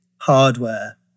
hardware